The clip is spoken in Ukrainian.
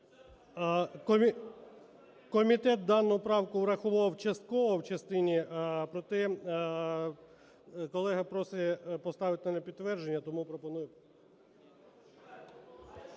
Комітет дану правку врахував частково в частині. Проте колега просить поставити на підтвердження, тому пропоную...